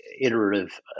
iterative